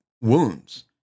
wounds